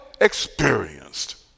experienced